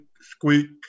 squeak